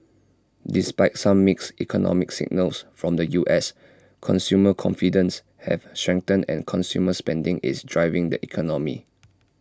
despite some mixed economic signals from the U S consumer confidence has strengthened and consumer spending is driving the economy